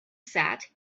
sat